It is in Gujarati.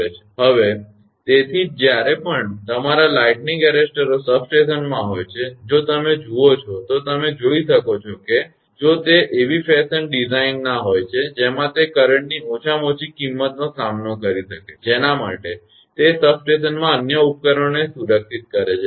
હવે તેથી જ જ્યારે પણ તમારા લાઇટનીંગ એરેસ્ટરો સબસ્ટેશનમાં હોય છે જો તમે જાઓ છો તો તમે જોઈ શકો છો કે જો તે એવી ફેશનની ડિઝાઇન છે કે જેમાં તે કરંટની ઓછામાં ઓછી કિંમતનો સામનો કરી શકે છે જેના માટે તે સબસ્ટેશનમાંના અન્ય ઉપકરણોને સુરક્ષિત કરે છે